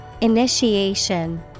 Initiation